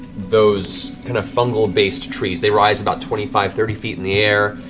those kind of fungal-based trees. they rise about twenty five, thirty feet in the air.